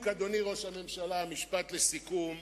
אדוני ראש הממשלה, משפט לסיכום.